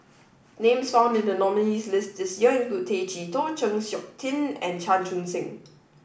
names found in the nominees' list this year include Tay Chee Toh Chng Seok Tin and Chan Chun Sing